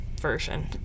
Version